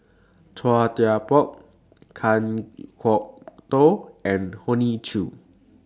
Chua Thian Poh Kan Kwok Toh and Hoey Choo